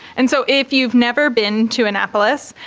and so if you've never been to annapolis,